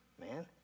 man